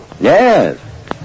Yes